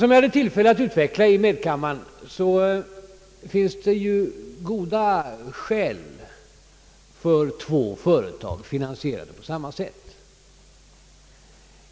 Som jag hade tillfälle att utveckla i medkammaren finns det goda skäl för att ha två sådana företag som finansieras på samma sätt.